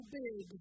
big